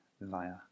via